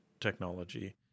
technology